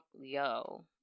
yo